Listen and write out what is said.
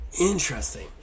Interesting